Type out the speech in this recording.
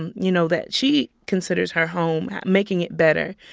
and you know, that she considers her home, making it better.